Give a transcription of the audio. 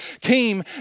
came